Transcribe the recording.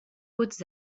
hautes